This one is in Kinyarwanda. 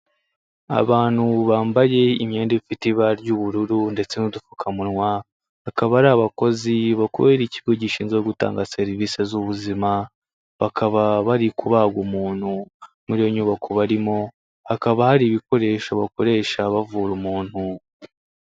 Abantu bambaye imyenda ifite ibara ry'ubururu ndetse n'udupfukamunwa, akaba ari abakozi kubera ikigo gishinzwe gutanga serivisi z'ubuzima, bakaba bari kubaga umuntu, muri iyo nyubako barimo, hakaba hari ibikoresho bakoresha bavura umuntu.